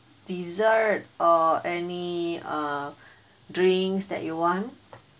dessert or any uh drinks that you want